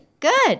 Good